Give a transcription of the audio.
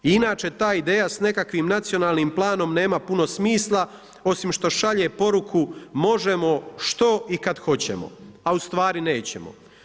I inače ta ideja sa nekakvim nacionalnim planom nema puno smisla osim što šalje poruku možemo što i kada hoćemo, a ustvari nećemo.